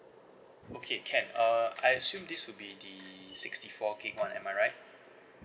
okay can err I assume this will be the sixty four gig one am I right